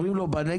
אומרים לו בנגב,